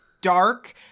Dark